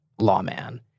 lawman